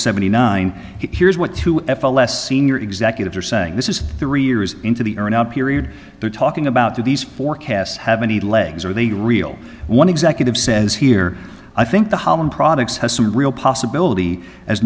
seventy nine here's what to f l s senior executives are saying this is three years into the are now period they're talking about these forecasts have any legs are they real one executive says here i think the holland products has some real possibility as